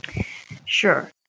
Sure